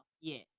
yes